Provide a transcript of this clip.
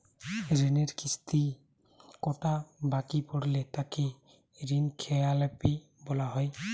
ঋণের কিস্তি কটা বাকি পড়লে তাকে ঋণখেলাপি বলা হবে?